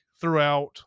throughout